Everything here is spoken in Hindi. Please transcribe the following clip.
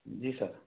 जी सर